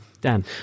Dan